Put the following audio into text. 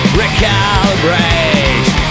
recalibrate